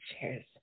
Cheers